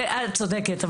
צודקת,